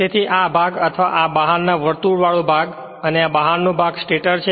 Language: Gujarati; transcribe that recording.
તેથી આ ભાગ અથવા આ બહારના વર્તુળ વાળો ભાગ અને આ બહારનો ભાગ સ્ટેટર છે